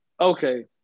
Okay